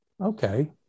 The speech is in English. Okay